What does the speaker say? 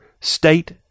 state